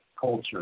culture